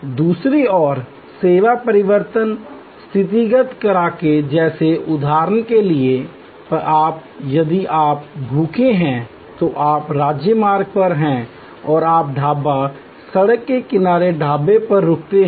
दूसरी ओर सेवा परिवर्तन और स्थितिगत कारकों जैसे उदाहरण के आधार पर यदि आप भूखे हैं तो आप राजमार्ग पर हैं और आप ढाबा सड़क के किनारे ढाबा पर रुकते हैं